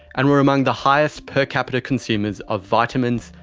and we're among the highest per capita consumers of vitamins,